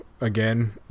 again